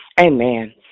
Amen